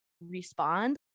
respond